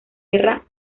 guerra